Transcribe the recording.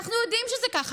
אנחנו יודעים שזה ככה.